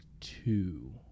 two